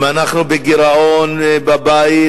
אם אנחנו בגירעון בבית,